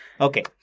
Okay